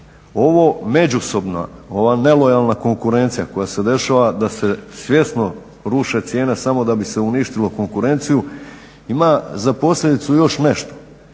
Ovo međusobna, ova nelojalna konkurencija koja se dešava da se svjesno ruše cijene samo da bi se uništilo konkurenciju ima za posljedicu još nešto,